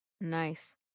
Nice